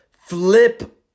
flip